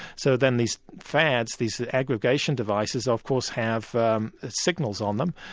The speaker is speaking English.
so then these fads, these aggregation devices of course have signals on them,